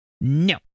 no